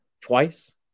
twice